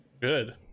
good